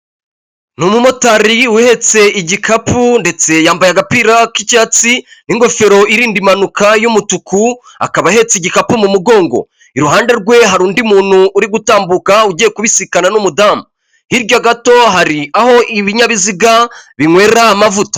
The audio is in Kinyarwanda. Ni umumotari uhetse igikapu ndetse yambaye agapira k'icyatsi n'ingofero irinda impanuka y'umutuku, akaba ahetse igikapu mu mugongo, iruhande rwe hari undi muntu uri gutambuka ugiye kubisikana n'umudamu, hirya gato hari aho ibinyabiziga binywera amavuta.